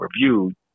reviewed